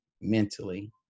mentally